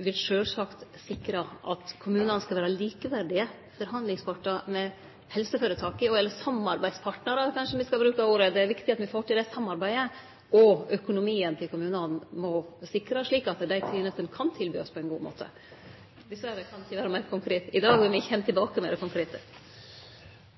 vil sjølvsagt sikre at kommunane skal vere likeverdige forhandlingspartar med helseføretaka – eller kanskje me skal bruke ordet samarbeidspartnarar. Det er viktig at me får til det samarbeidet. Og økonomien til kommunane må sikrast, slik at dei tenestene vert tilbydd på ein god måte. Dessverre kan eg ikkje vere meir konkret i dag, men eg kjem tilbake med det konkrete.